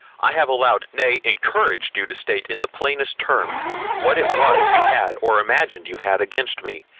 i have allowed, nay encouraged you to state in the plainest terms what it was you had or imagined you had against me,